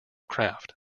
craft